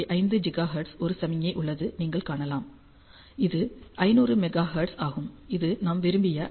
5 ஜிகாஹெர்ட்ஸில் ஒரு சமிக்ஞை உள்ளதை நீங்கள் காணலாம் இது 500 மெகா ஹெர்ட்ஸ் ஆகும் இது நாம் விரும்பிய ஐ